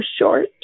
short